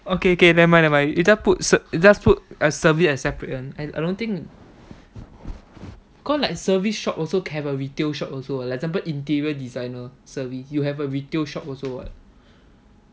okay okay never mind never mind you just put just put as service as separate one I don't think cause like service shop can have a retail shop also like for example interior designer service you have a retail shop also [what]